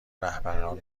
رهبران